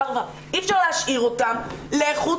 אי אפשר להשאיר אותן לכו,